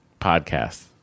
podcast